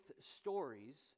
stories